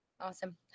Awesome